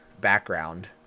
background